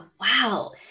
wow